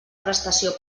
prestació